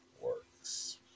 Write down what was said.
works